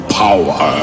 power